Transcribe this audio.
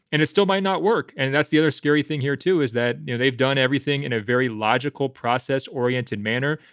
and it still might not work. and that's the other scary thing here, too, is that, you know, they've done everything in a very logical, process oriented manner.